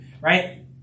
right